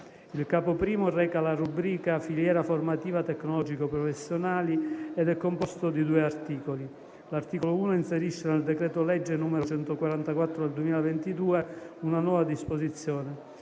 Il Capo I reca la rubrica "Filiera formativa tecnologico-professionale" ed è composto di due articoli: l'articolo 1 inserisce nel decreto-legge n. 144 del 2022 una nuova disposizione,